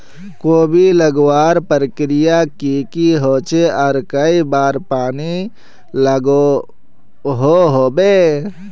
कोबी लगवार प्रक्रिया की की होचे आर कई बार पानी लागोहो होबे?